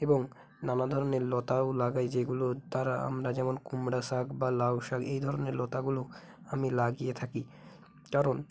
এবং নানা ধরনের লতাও লাগাই যেগুলোর দ্বারা আমরা যেমন কুমড়া শাক বা লাউ শাক এই ধরনের লতাগুলোও আমি লাগিয়ে থাকি কারণ